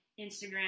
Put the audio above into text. Instagram